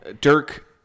Dirk